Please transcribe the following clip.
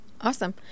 Awesome